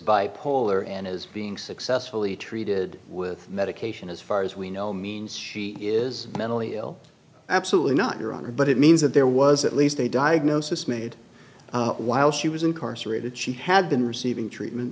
bipolar and is being successfully treated with medication as far as we know means she is mentally ill absolutely not your honor but it means that there was at least a diagnosis made while she was incarcerated she had been receiving treatment